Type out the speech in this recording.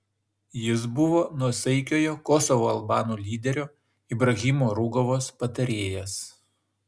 jis buvo nuosaikiojo kosovo albanų lyderio ibrahimo rugovos patarėjas